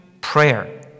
prayer